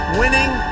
winning